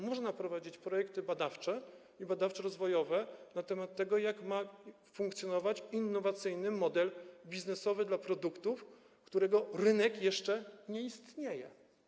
Można prowadzić projekty badawcze i badawczo-rozwojowe na temat tego, jak ma funkcjonować innowacyjny model biznesowy dla produktów, których rynek jeszcze nie istnieje.